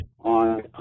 on